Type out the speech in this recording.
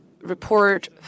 report